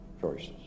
choices